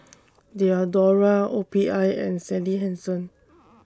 Diadora O P I and Sally Hansen